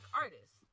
artists